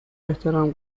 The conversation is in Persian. احترام